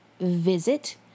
visit